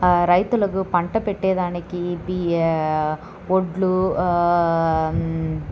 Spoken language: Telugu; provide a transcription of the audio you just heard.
రైతులకు పంట పెట్టేదానికి బియ్యం వడ్లు